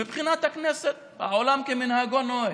מבחינת הכנסת, העולם כמנהגו נוהג.